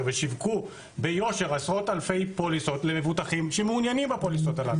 ושיווקו ביושר עשרות אלפי פוליסות למבוטחים שמעוניינים בפוליסות הללו.